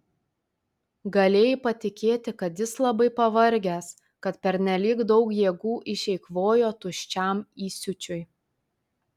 galėjai patikėti kad jis labai pavargęs kad pernelyg daug jėgų išeikvojo tuščiam įsiūčiui